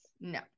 No